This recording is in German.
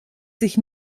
sich